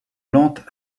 lente